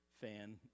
fan